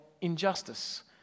injustice